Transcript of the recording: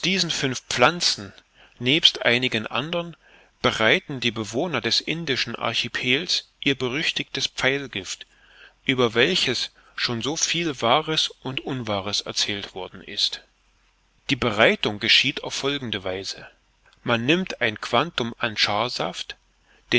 fünf pflanzen nebst einigen anderen bereiten die bewohner des indischen archipels ihr berüchtigtes pfeilgift über welches schon so viel wahres und unwahres erzählt worden ist die bereitung geschieht auf folgende weise man nimmt ein quantum antscharsaft